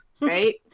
right